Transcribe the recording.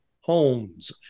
homes